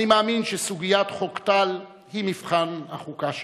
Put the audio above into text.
אני מאמין שסוגיית חוק טל היא מבחן החוקה שלנו.